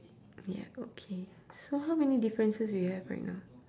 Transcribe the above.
ya okay so how many differences we have right now